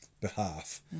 behalf